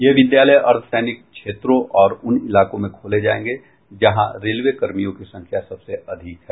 ये विद्यालय अर्द्वसैनिक क्षेत्रों और उन इलाकों में खोले जायेंगे जहां रेलवे कर्मियों की संख्या सबसे अधिक है